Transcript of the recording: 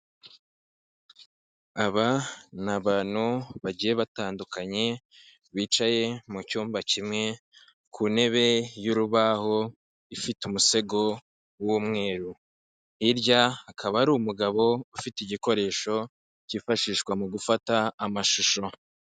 Aba ni abantu bagiye batandukanye, bicaye mu cyumba kimwe ku ntebe y'urubaho, ifite umusego w'umweru. Hirya hakaba hari umugabo, ufite igikoresho cyifashishwa mu gufata amashusho.